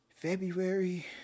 February